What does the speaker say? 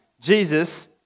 Jesus